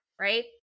right